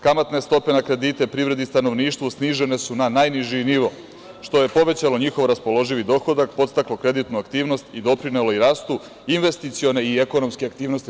Kamatne stope na kredite, privrede i stanovništvu snižene su na najniži nivo, što je povećalo njihov raspoloživi dohodak, podstaklo kreditnu aktivnost i doprinelo i rastu investicione i ekonomske aktivnosti.